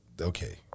okay